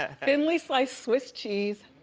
ah thinly sliced swiss cheese,